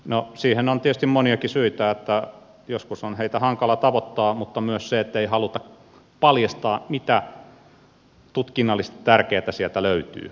no siihen on tietysti moniakin syitä se että joskus on heitä hankala tavoittaa mutta myös se ettei haluta paljastaa mitä tutkinnallisesti tärkeätä sieltä löytyy